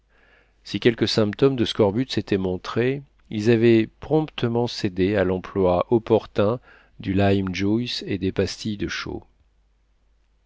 si quelques symptômes de scorbut s'étaient montrés ils avaient promptement cédé à l'emploi opportun du lime juice et des pastilles de chaux